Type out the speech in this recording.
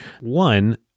One